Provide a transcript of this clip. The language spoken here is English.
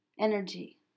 energy